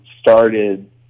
started